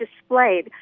displayed